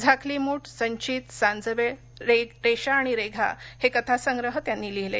झाकलीमुठ संचीत सांजवेळ रेषा आणि रेघा हे कथासंग्रह त्यांनी लिहिले